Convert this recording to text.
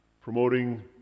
promoting